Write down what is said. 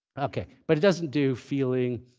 ok. but it doesn't do feeling,